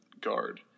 guard